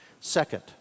Second